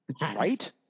Right